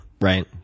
Right